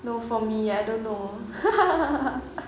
no for me I don't know